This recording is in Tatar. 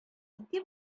ике